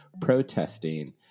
protesting